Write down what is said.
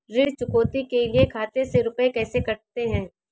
ऋण चुकौती के लिए खाते से रुपये कैसे कटते हैं?